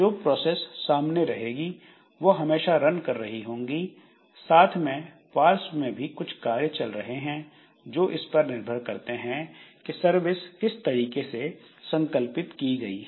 जो प्रोसेस सामने रहेगी वह हमेशा रन कर रही होंगी साथ में पार्श्व में भी कुछ कार्य चल रहे हैं जो इस पर निर्भर करते हैं कि सर्विस किस तरीके से संकल्पित ही गई है